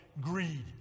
greed